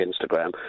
Instagram